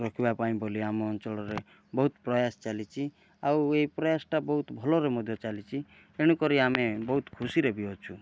ରଖିବା ପାଇଁ ବୋଲି ଆମ ଅଞ୍ଚଳରେ ବହୁତ ପ୍ରୟାସ ଚାଲିଛି ଆଉ ଏଇ ପ୍ରୟାସଟା ବହୁତ ଭଲରେ ମଧ୍ୟ ଚାଲିଛି ତେଣୁକରି ଆମେ ବହୁତ ଖୁସିରେ ବି ଅଛୁ